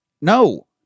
no